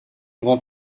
grand